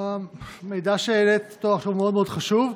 המידע שהעלית עכשיו הוא מאוד מאוד חשוב.